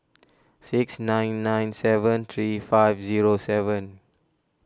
six nine nine seven three five zero seven